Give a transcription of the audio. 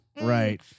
Right